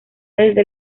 desde